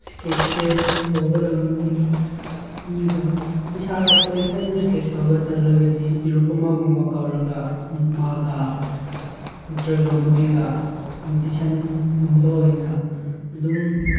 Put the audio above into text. ꯏꯁꯀꯦꯠꯁꯁꯦ ꯇꯧꯒꯗꯕꯅꯤ ꯃꯤꯒ ꯏꯁꯥ ꯑꯩꯈꯣꯏ ꯏꯊꯟꯇ ꯏꯁꯀꯦꯠꯁ ꯇꯧꯕ ꯇꯜꯂꯒꯗꯤ ꯏꯔꯨꯞ ꯑꯃꯒꯨꯝꯕ ꯀꯧꯔꯒ ꯃꯥꯒ ꯅꯠꯇ꯭ꯔꯒ ꯃꯣꯏꯒ ꯀꯞꯄꯤꯇꯤꯁꯟꯒꯨꯝꯕ ꯑꯣꯏꯅ ꯑꯗꯨꯝ